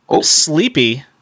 sleepy